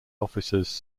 officers